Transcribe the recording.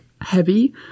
heavy